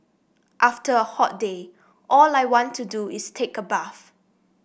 after a hot day all I want to do is take a bath